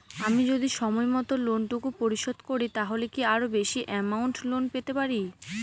আমি যদি সময় মত লোন টুকু পরিশোধ করি তাহলে কি আরো বেশি আমৌন্ট লোন পেতে পাড়ি?